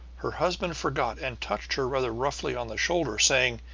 her husband forgot, and touched her rather roughly on the shoulder, saying,